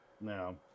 No